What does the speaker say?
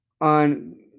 on –